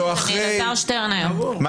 והוא אמר: אני שמעתי את זה בטלוויזיה,